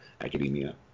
academia